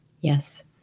yes